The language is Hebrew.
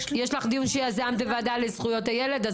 יש לך דיון שיזמת בוועדה לזכויות הילד.